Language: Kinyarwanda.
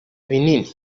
binini